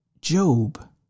Job